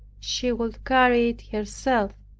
she would carry it herself.